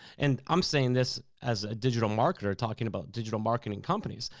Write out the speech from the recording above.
and i'm saying this as a digital marketer talking about digital marketing companies.